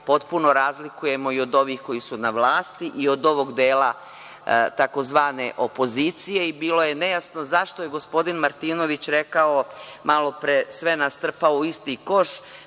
potpuno razlikujemo i od ovih koji su na vlasti i od ovog dela tzv. opozicije i bilo je nejasno zašto je gospodin Martinović rekao malopre, sve nas strpao u isti koš